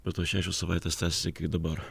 bet tos šešios savaitės tęsiasi dabar